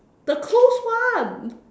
the closed one